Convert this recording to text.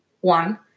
One